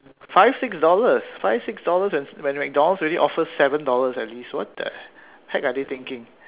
five six dollars five six dollars when McDonald's already offers seven dollars at least what the heck are they thinking